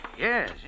Yes